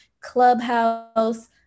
Clubhouse